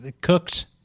cooked